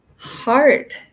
Heart